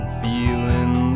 feeling